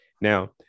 now